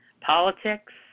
Politics